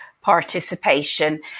participation